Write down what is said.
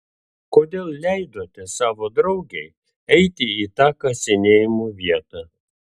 kodėl leidote savo draugei eiti į tą kasinėjimų vietą